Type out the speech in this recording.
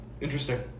interesting